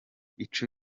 ico